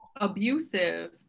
abusive